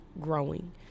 growing